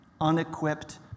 unequipped